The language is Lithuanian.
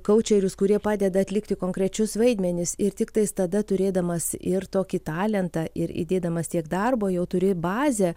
kaučerius kurie padeda atlikti konkrečius vaidmenis ir tiktais tada turėdamas ir tokį talentą ir įdėdamas tiek darbo jau turi bazę